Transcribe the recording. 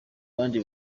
abandi